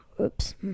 Oops